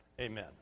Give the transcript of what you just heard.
Amen